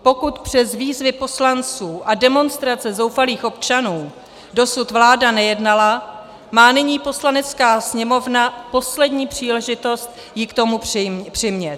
Pokud přes výzvy poslanců a demonstrace zoufalých občanů dosud vláda nejednala, má nyní Poslanecká sněmovna poslední příležitost ji k tomu přimět.